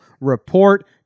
report